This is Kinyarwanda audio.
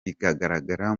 bikagaragara